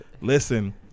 Listen